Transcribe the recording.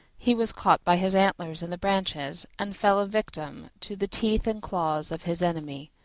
he was caught by his antlers in the branches, and fell a victim to the teeth and claws of his enemy.